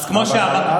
אבל אל